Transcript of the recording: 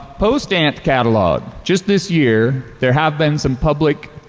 post ant catalog, just this year, there have been some public,